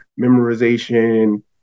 memorization